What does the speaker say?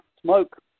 smoke